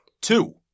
Two